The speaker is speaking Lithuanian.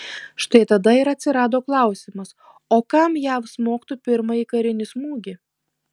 štai tada ir atsirado klausimas o kam jav smogtų pirmąjį karinį smūgį